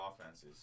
offenses